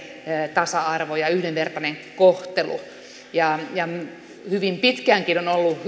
tasa arvoinen ja yhdenvertainen kohtelunsa hyvin pitkäänkin on ollut